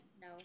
No